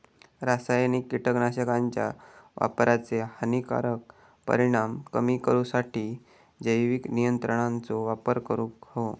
रासायनिक कीटकनाशकांच्या वापराचे हानिकारक परिणाम कमी करूसाठी जैविक नियंत्रणांचो वापर करूंक हवो